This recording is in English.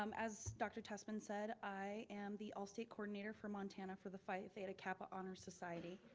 um as dr. tessman said, i am the all state coordinator for montana for the phi theta kappa honor society.